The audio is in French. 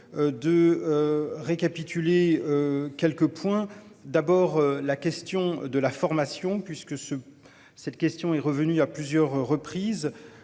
De. Récapituler quelques points, d'abord la question de la formation puisque ce cette question est revenue à plusieurs reprises